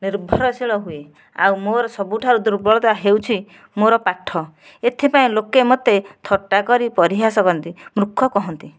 ନିର୍ଭରଶୀଳ ହୁଏ ଆଉ ମୋର ସବୁଠାରୁ ଦୁର୍ବଳତା ହେଉଛି ମୋର ପାଠ ଏଥିପାଇଁ ଲୋକେ ମୋତେ ଥଟ୍ଟା କରି ପରିହାସ କରନ୍ତି ମୂର୍ଖ କହନ୍ତି